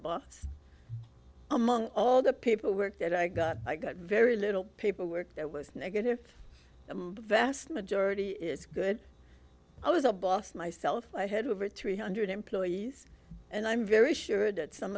boss among all the paperwork that i got i got very little paperwork that was negative the vast majority is good i was a boss myself i had over three hundred employees and i'm very sure that some